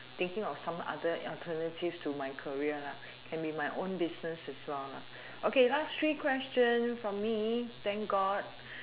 thinking of some other alternative to my career lah can be my own business as well lah okay last three question from me thank god